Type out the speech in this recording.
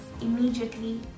immediately